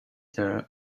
their